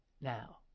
now